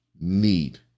need